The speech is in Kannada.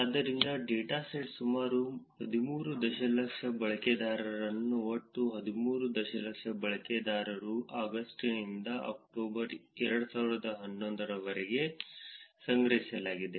ಆದ್ದರಿಂದ ಡೇಟಾಸೆಟ್ ಸುಮಾರು 13 ದಶಲಕ್ಷ ಬಳಕೆದಾರರನ್ನು ಒಟ್ಟು 13 ದಶಲಕ್ಷ ಬಳಕೆದಾರರು ಆಗಸ್ಟ್ನಿಂದ ಅಕ್ಟೋಬರ್ 2011 ರವರೆಗೆ ಸಂಗ್ರಹಿಸಲಾಗಿದೆ